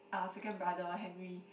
uh second brother Henry